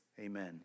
Amen